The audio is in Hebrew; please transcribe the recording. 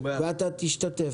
בטח שתקבל ואתה תשתתף.